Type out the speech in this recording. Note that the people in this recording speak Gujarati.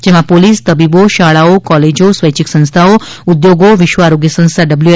જેમાં પોલીસ તબીબો શાળાઓ કોલેજો સ્વૈચ્છિક સંસ્થાઓ ઉદ્યોગો વિશ્વ આરોગ્ય સંસ્થા ડબલ્યુ